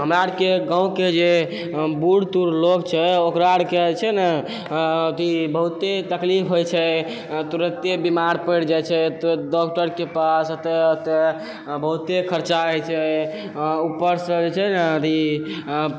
हमरा आओरके गाँवके जे बूढ़ तूढ़ लोक छै ओकरा आओरके जे छै ने कि अथी बहुते तकलीफ होइ छै तुरन्ते बेमार पड़ि जाइ छै डॉक्टरके पास एतऽ ओतऽ बहुते खरचा होइ छै ऊपरसँ जे छै ने अथी